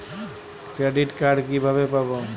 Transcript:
Credit card কিভাবে পাব?